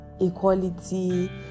equality